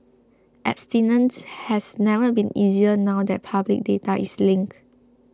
abstinence has never been easier now that public data is linked